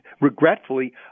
regretfully